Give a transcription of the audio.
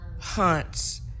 hunts